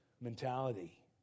mentality